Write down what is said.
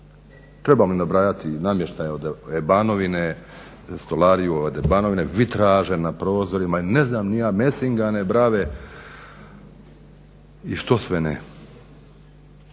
Trebam li nabrajati i namještaj od ebanovine, stolariju od ebanovine, vitraže na prozorima i ne znam ni ja mesingane brave i što sve ne.